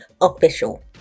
official